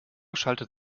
schaltet